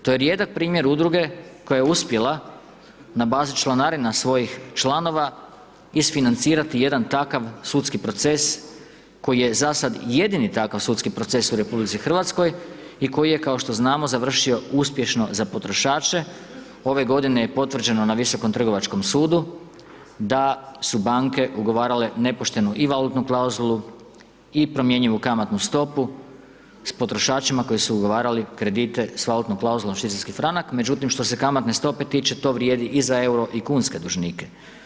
To je rijedak primjer Udruge koja je uspjela na bazi članarina svojih članova isfinancirati jedan takav sudski proces koji je za sada jedini takav sudski proces u RH i koji je kao što znamo završio uspješno za potrošače, ove godine je potvrđeno na Visokom trgovačkom sudu, da su banke ugovarale nepoštenu i valutnu klauzulu i promjenjivu kamatnu stopu s potrošačima koji su ugovarali kredite s valutnom klauzulom švicarski franak, međutim, što se kamatne stope tiče to vrijed i za euro i kunske dužnike.